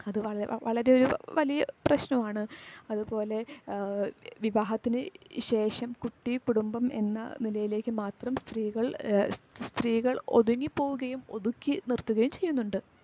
അത് വളരെ വളരെ ഒരു വലിയ പ്രശ്നമാണ് അതുപോലെ വിവാഹത്തിന് ശേഷം കുട്ടി കുടുംബം എന്ന നിലയിലേക്ക് മാത്രം സ്ത്രീകൾ സ്ത്രീകൾ ഒതുങ്ങി പോവുകയും ഒതുക്കി നിർത്തുകയും ചെയ്യുന്നുണ്ട്